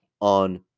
on